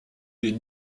des